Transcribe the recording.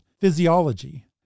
physiology